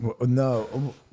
No